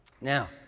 Now